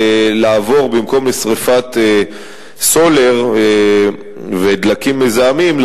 לעבור משרפת סולר ודלקים מזהמים,